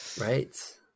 Right